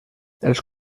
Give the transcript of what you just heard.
els